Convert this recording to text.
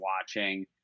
watching